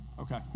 Okay